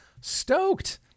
Stoked